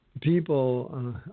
people